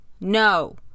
No